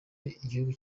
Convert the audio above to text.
igihugu